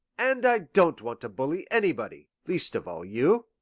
and i don't want to bully anybody least of all, you.